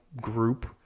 group